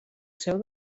seu